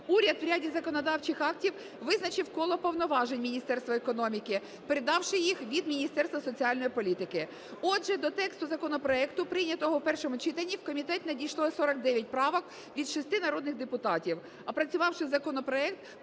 уряд в ряді законодавчих актів визначив коло повноважень Міністерства економіки, передавши їх від Міністерства соціальної політики. Отже, до тексту законопроекту, прийнятого в першому читанні, в комітет надійшло 49 правок від 6 народних депутатів.